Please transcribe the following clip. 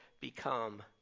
become